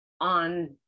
on